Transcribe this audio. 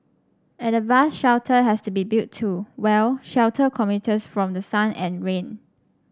and a bus shelter has to be built to well shelter commuters from the sun and rain